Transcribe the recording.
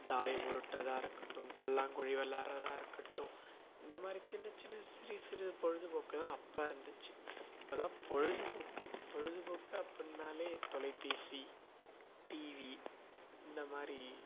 தாயம் உருட்டுறதா இருக்கட்டும் பல்லாங்குழி விளையாடுறதா இருக்கட்டும் இந்த மாதிரி சின்ன சின்ன சிறு சிறு பொழுதுபோக்கு தான் அப்போ இருந்துச்சு இப்பெல்லாம் பொழுதுபோக்கு பொழுதுபோக்கு அப்பிடினாலே தொலைபேசி டிவி இந்த மாதிரி